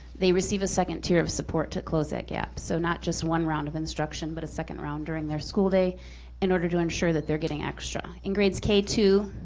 they receive a second tier of support to close that gap. so not just one round of instruction, but a second round during their school day in order to ensure that they're getting extra. in grades k two,